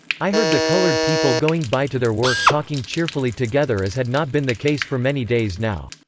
i heard the colored people going by to their work talking cheerfully together as had not been the case for many days now.